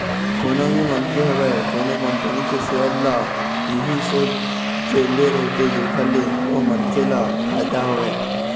कोनो भी मनखे होवय कोनो कंपनी के सेयर ल इही सोच के ले रहिथे जेखर ले ओ मनखे ल फायदा होवय